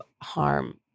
harm